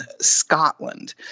Scotland